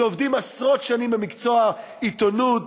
שעובדים עשרות שנים במקצוע העיתונות,